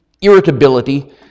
irritability